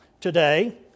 today